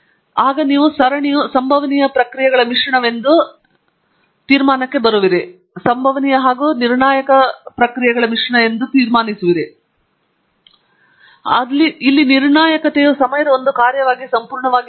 ನಂತರ ನೀವು ಸರಣಿಯು ಸಂಭವನೀಯ ಪ್ರಕ್ರಿಯೆಗಳ ಮಿಶ್ರಣವೆಂದು ನಿರ್ಣಾಯಕ ತೀರ್ಮಾನಕ್ಕೆ ಬರುವಿರಿ ಇಲ್ಲಿ ನಿರ್ಣಾಯಕತೆಯು ಸಮಯದ ಒಂದು ಕಾರ್ಯವಾಗಿ ಸಂಪೂರ್ಣವಾಗಿ ಆಗಿದೆ